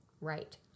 right